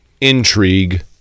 intrigue